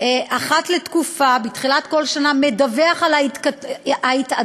אחת לתקופה, בתחילת כל שנה, מדווח על ההתעדכנות